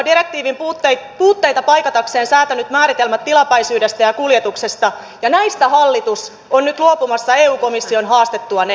suomi on direktiivin puutteita paikatakseen säätänyt määritelmät tilapäisyydestä ja kuljetuksesta ja näistä hallitus on nyt luopumassa eu komission haastettua ne